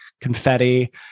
confetti